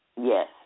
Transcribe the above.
Yes